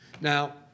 Now